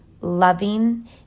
loving